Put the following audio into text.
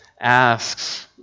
asks